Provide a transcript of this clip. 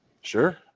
Sure